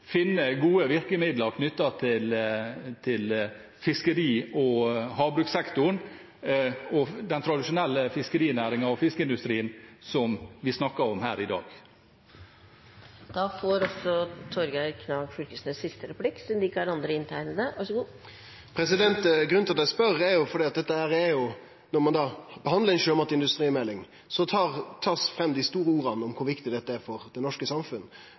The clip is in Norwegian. finne gode virkemidler knyttet til fiskeri- og havbrukssektoren og den tradisjonelle fiskerinæringen og fiskeindustrien, som vi snakker om her i dag. Grunnen til at eg spør, er at når ein behandlar ei sjømatindustrimelding, tar ein fram dei store orda om kor viktig dette er for det norske